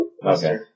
Okay